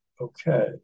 Okay